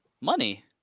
Money